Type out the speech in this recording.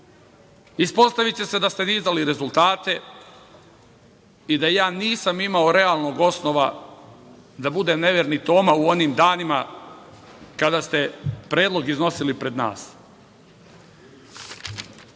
Ispostaviće se da ste nizali rezultate i da ja nisam imao realnog osnova da budem neverni Toma u onim danima kada ste predlog iznosili pred